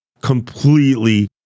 completely